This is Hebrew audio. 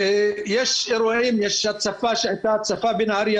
הייתה הצפה בנהריה.